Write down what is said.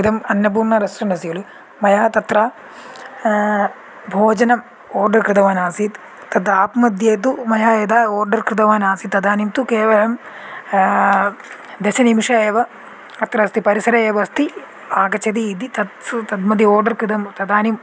इदम् अन्नपूर्णा रेस्टोरेन्ट् अस्ति खलु मया तत्र भोजनं ओर्ड कृतवान् आसीत् तद् आप्मध्ये तु मया यदा ओर्डर् कृतवानासीत् तदानीं तु केवलं दशनिमिषम् एव अत्र अस्ति परिसरः एव अस्ति आगच्छति इति तत्तु तद्मध्ये ओर्डर् कृतं तदानीम्